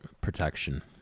protection